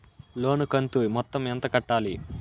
లోను కంతు మొత్తం ఎంత కట్టాలి?